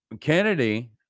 Kennedy